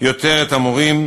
יותר את המורים,